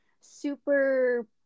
super